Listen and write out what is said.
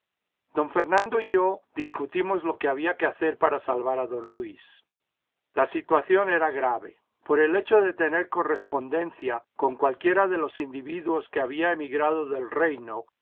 don fernando y yo discutimos lo que había que hacer para salvar a don luis la situación era grave por el hecho de tener correspondencia con cualquiera de los individuos que habían emigrado del reino